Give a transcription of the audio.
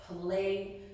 play